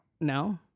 no